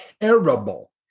terrible